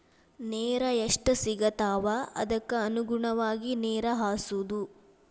ನೇರ ಎಷ್ಟ ಸಿಗತಾವ ಅದಕ್ಕ ಅನುಗುಣವಾಗಿ ನೇರ ಹಾಸುದು